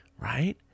right